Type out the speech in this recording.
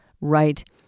right